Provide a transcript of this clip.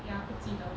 ya 不记得